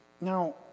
Now